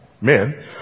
men